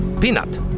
Peanut